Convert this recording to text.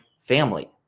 family